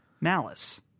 Malice